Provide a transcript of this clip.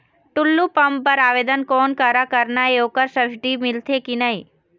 Tullu pump बर आवेदन कोन करा करना ये ओकर सब्सिडी मिलथे की नई?